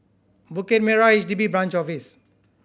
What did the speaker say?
Bukit Merah H D B Branch Office